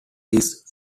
his